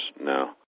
No